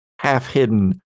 half-hidden